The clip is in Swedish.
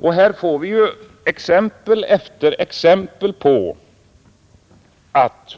Och här får vi ju exempel efter exempel på att